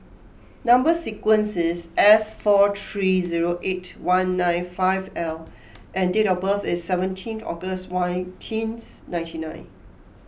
Number Sequence is S four three zero eight one nine five L and date of birth is seventeen August nineteen ninety nine